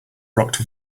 rocked